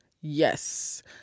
Yes